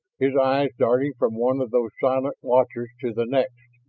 his eyes darting from one of those silent watchers to the next.